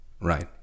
Right